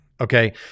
Okay